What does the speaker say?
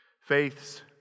Faith's